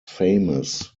famous